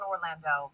Orlando